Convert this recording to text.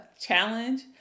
challenge